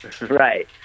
Right